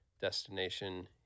destination